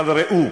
אבל ראו,